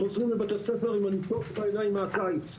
חוזרים לבית הספר עם ניצוץ בעיניים מהקיץ,